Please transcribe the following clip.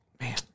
man